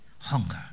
hunger